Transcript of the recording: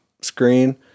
screen